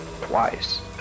Twice